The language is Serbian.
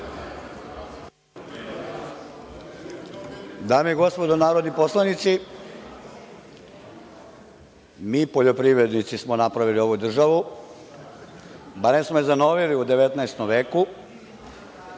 Dame i gospodo narodni poslanici, mi poljoprivrednici smo napravili ovu državu, barem smo je zanovili u 19. veku,